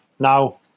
Now